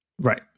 Right